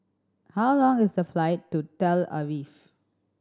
how long is the flight to Tel Aviv